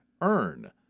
Earn